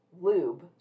lube